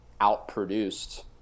outproduced